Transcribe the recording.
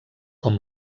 com